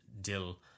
Dill